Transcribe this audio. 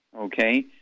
okay